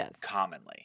commonly